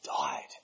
died